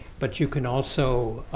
but you can also